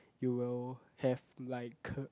you will have like